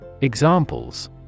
Examples